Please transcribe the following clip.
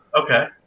Okay